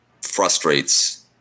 frustrates